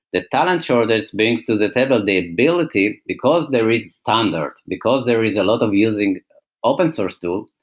the talent shortage brings to the table the ability, because there is standard. because there is a lot of using open source tools.